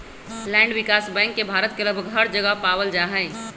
land विकास bank के भारत के लगभग हर जगह पावल जा हई